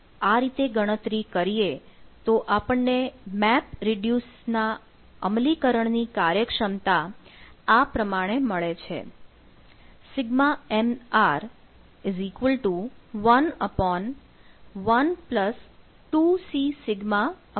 આ રીતે ગણતરી કરીએ તો આપણને મેપ રિડ્યુસ ના અમલીકરણની કાર્યક્ષમતા આ પ્રમાણે મળે εMR 112cσw